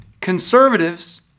Conservatives